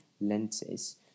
lenses